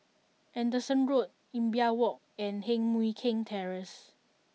Anderson Road Imbiah Walk and Heng Mui Keng Terrace